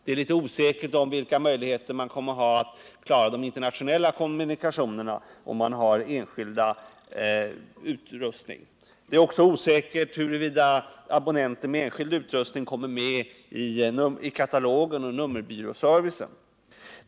Det råder osäkerhet om möjligheterna att klara de internationella kommunikationerna, om man har en enskild utrustning. Det är också osäkert huruvida abonnenter med enskild utrustning kommer med i katalogen och i nummerbyråservicen.